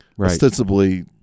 ostensibly